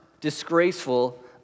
disgraceful